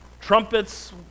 Trumpets